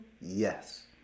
Yes